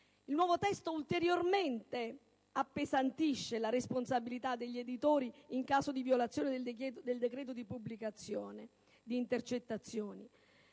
Il nuovo testo infatti appesantisce ulteriormente la responsabilità degli editori in caso di violazione del decreto di pubblicazione di intercettazioni.